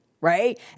right